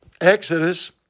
Exodus